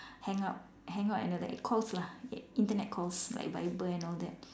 hangout hangout another it calls lah Internet calls like viber and all that